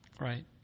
right